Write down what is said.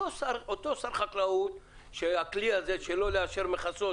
אותו שר חקלאות שהכלי זה שלא לאשר מכסות,